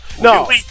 No